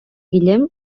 guillem